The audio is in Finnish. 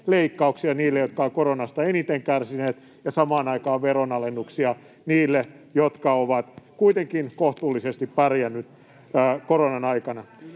leikkauksia niille, jotka ovat koronasta eniten kärsineet, ja samaan aikaan veronalennuksia niille, jotka ovat kuitenkin kohtuullisesti pärjänneet koronan aikana.